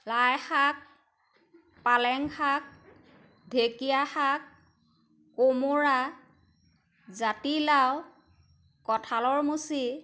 লাই শাক পালেং শাক ঢেঁকীয়া শাক কোমোৰা জাতিলাও কঁঠালৰ মুচি